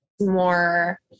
more